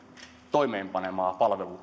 toimeenpanemaa palveluratkaisua